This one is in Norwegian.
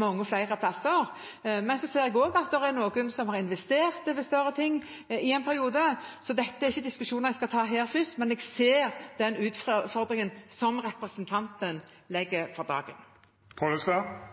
mange flere steder. Men jeg ser også at det er noen som har investert i større ting i en periode. Så dette er ikke diskusjoner jeg skal ta her først, men jeg ser den utfordringen som representanten legger for